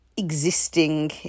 Existing